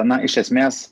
na iš esmės